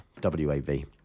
w-a-v